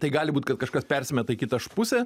tai gali būt kad kažkas persimeta į kitą pusę